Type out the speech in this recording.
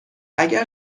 اگر